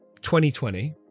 2020